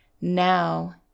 Now